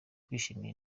kwishimira